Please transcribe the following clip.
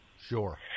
sure